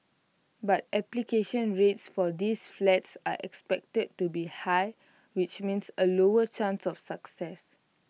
but application rates for these flats are expected to be high which means A lower chance of success